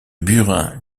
burin